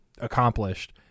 accomplished